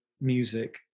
music